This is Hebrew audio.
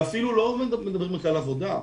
לא מדברים רק על עבודה,